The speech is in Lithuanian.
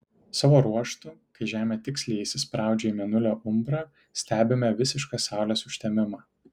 savo ruožtu kai žemė tiksliai įsispraudžia į mėnulio umbrą stebime visišką saulės užtemimą